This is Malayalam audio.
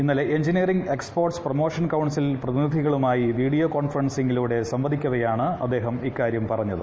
ഇന്നലെ എഞ്ചിനീയറിംഗ് എക്സ്പോർട്ട്സ് പ്രൊമോഷൻ കൌൺസിൽ പ്രതിനിധികളുമായി വീഡിയോ കോൺഫറൻസിമഗ്ിലൂട്ട സംവദിക്കവേയാണ് അദ്ദേഹം ഇക്കാര്യം പറഞ്ഞത്